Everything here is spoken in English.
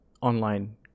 online